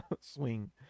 swing